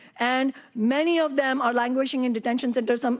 and many of them are languishing in detention centers. um